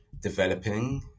developing